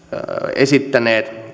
esittäneet